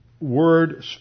word